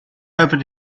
over